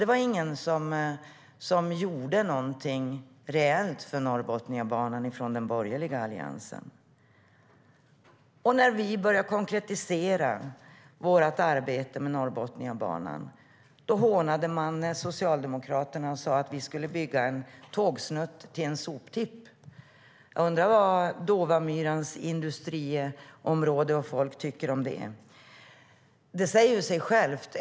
Det var ingen som gjorde någonting reellt för Norrbotniabanan från den borgerliga Alliansen.När vi började konkretisera vårt arbete med Norrbotniabanan hånade man Socialdemokraterna och sade att vi skulle bygga en tågsnutt till en soptipp. Jag undrar vad Dåvamyrans industriområde och folk tycker om det.